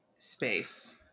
Space